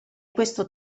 questo